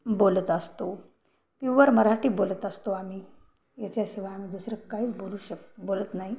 बोलत असतो प्युअर मराठी बोलत असतो आम्ही याच्याशिवाय आम्ही दुसरं काहीच बोलू शक बोलत नाही